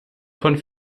von